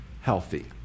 healthy